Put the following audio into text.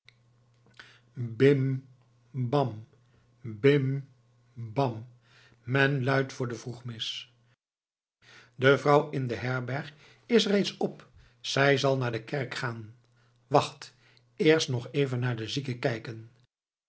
bim bam bim bam men luidt voor de vroegmis de vrouw in de herberg is reeds op zij zal naar de kerk gaan wacht eerst nog even naar de zieke kijken